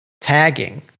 tagging